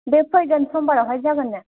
बे फैगोन समबारावहाय जागोन नो